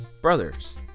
brothers